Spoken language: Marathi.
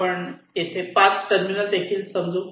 आपण येथे 5 टर्मिनल देखील समजू